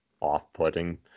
off-putting